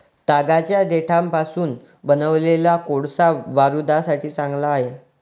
तागाच्या देठापासून बनवलेला कोळसा बारूदासाठी चांगला आहे